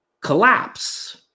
collapse